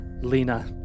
Lena